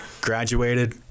graduated